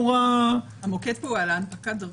נורא --- המוקד פה הוא על הנפקת דרכון,